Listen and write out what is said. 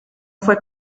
fue